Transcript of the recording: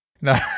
No